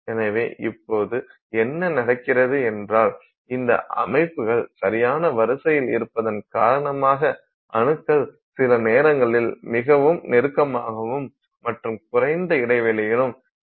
எனவே இப்போது என்ன நடக்கிறது என்றால் இந்த அமைப்புகள் சரியான வரிசையில் இருப்பதன் காரணமாக அணுக்கள் சில நேரங்களில் மிக நெருக்கமாகவும் மற்றும் குறைந்த இடைவெளியிலும் இந்த திசையில் இருக்கும்